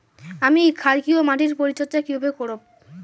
আমি ক্ষারকীয় মাটির পরিচর্যা কিভাবে করব?